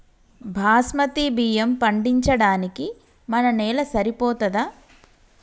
బాస్మతి బియ్యం పండించడానికి మన నేల సరిపోతదా?